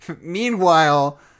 Meanwhile